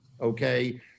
Okay